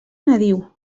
nadiu